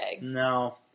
No